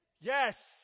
Yes